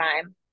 time